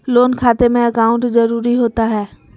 Loan खाते में account जरूरी होता है?